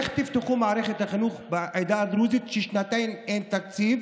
איך תפתחו את מערכת החינוך בעדה הדרוזית כששנתיים אין תקציב